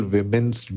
Women's